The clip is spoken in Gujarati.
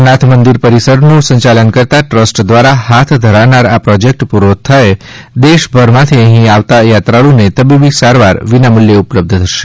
સોમનાથ મંદિર પરિસર નુ સંયાલન કરતાં ટ્રસ્ટ દ્વારા હાથ ધરાનાર આ પ્રીજેકટ પૂરો થયા દેશભર માથી અહી આવતા યાત્રાળુ ને તબીબી સારવાર વિનામુલ્યે ઉપલબ્ધ થશે